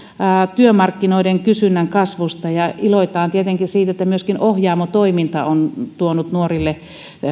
työmarkkinoiden kysynnän kasvusta ja iloitaan tietenkin siitä että myöskin ohjaamo toiminta on tuonut nuorille